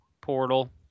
Portal